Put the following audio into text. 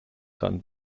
sand